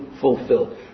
fulfilled